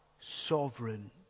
sovereign